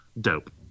dope